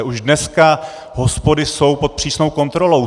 Už dneska hospody jsou pod přísnou kontrolou.